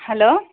hello